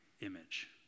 image